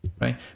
right